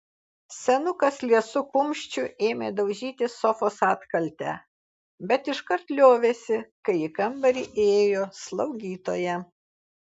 senukas liesu kumščiu ėmė daužyti sofos atkaltę bet iškart liovėsi kai į kambarį įėjo slaugytoja